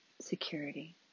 security